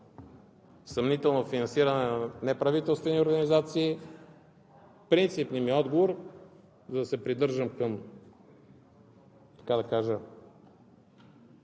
съмнително финансиране на неправителствени организации. Принципният ми отговор, за да се придържам към максимално